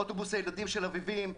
אוטובוס הילדים של אביבים,